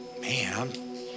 man